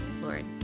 Lord